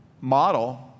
model